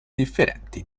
differenti